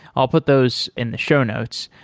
i'll put those in the show notes.